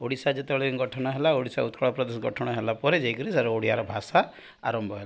ଓଡ଼ିଶା ଯେତେବେଳେ ଗଠନ ହେଲା ଓଡ଼ିଶା ଉତ୍କଳ ପ୍ରଦେଶ ଗଠନ ହେଲା ପରେ ଯାଇକିରି ସାରା ଓଡ଼ିଆର ଭାଷା ଆରମ୍ଭ ହେଲା